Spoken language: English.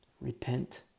Repent